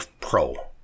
pro